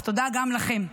אז תודה גם לכם.